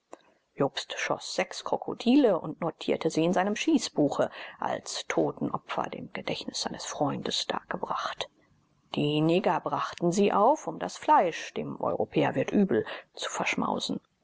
jobst schoß sechs krokodile und notierte sie in seinem schießbuche als totenopfer dem gedächtnis seines freundes dargebracht die neger brachen sie auf um das fleisch dem europäer wird übel zu verschmausen